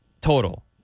total